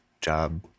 job